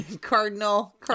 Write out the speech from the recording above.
cardinal